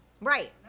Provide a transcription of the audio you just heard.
Right